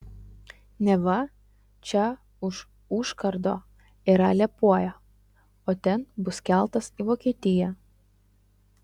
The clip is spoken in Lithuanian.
neva čia už užkardo yra liepoja o ten bus keltas į vokietiją